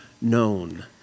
known